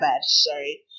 sorry